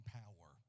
power